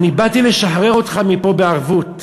באתי לשחרר אותך מפה בערבות,